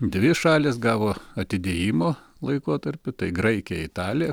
dvi šalys gavo atidėjimo laikotarpį tai graikija italija